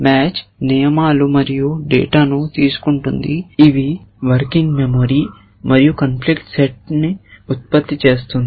match నియమాలు మరియు డేటాను తీసుకుంటుంది ఇవి వర్కింగ్ మెమోరీ మరియు కాన్ఫ్లిక్ట్ సెట్ ఉత్పత్తి చేస్తుంది